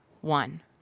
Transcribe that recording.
one